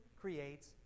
creates